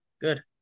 good